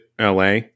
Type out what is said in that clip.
LA